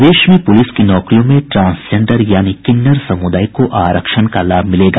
प्रदेश में पुलिस की नौकरियों में ट्रांसजेंडर यानि किन्नर समुदाय को आरक्षण का लाभ मिलेगा